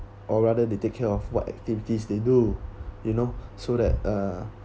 or rather they take care of what activities they do you know so that uh